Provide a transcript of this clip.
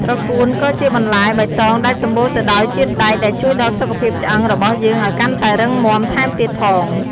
ត្រកួនក៏ជាបន្លែបៃតងដែលសំបូរទៅដោយជាតិដែកដែលជួយដល់សុខភាពឆ្អឹងរបស់យើងឱ្យកាន់តែរឹងមាំថែមទៀតផង។